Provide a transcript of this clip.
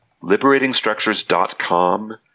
Liberatingstructures.com